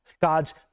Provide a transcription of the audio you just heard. God's